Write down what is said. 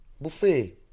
Buffet